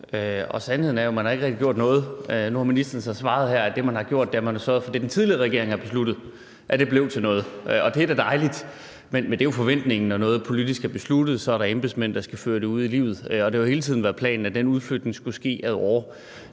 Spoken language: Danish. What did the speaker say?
Sandheden er jo, at man ikke rigtig har gjort noget. Nu har ministeren så svaret her, at det, man har gjort, er, at man har sørget for, at det, den tidligere regering havde besluttet, blev til noget. Det er da dejligt, men det er jo forventningen, når noget politisk er besluttet, at der så er embedsmænd, der skal føre det ud i livet. Det har jo hele tiden været planen, at den udflytning skulle ske ad åre.